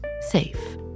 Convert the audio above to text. safe